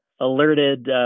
alerted